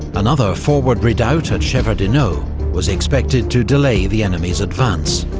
another forward redoubt at shevardino was expected to delay the enemy's advance.